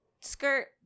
skirt